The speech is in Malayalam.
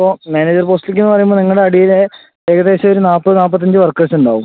അപ്പോൾ മാനേജർ പോസ്റ്റിലേക്കെന്ന് പറയുമ്പോൾ നിങ്ങളെ അടിയിൽ ഏകദേശം ഒരു നാൽപ്പത് നാൽപ്പത്തഞ്ച് വർക്കേഴ്സ് ഉണ്ടാവും